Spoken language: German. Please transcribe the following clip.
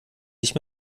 sich